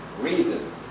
reason